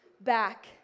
back